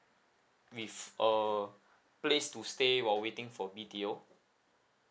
with a place to stay while waiting for B_T_O